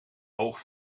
oog